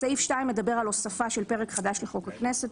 סעיף 2 מדבר על הוספה של פרק חדש לחוק הכנסת.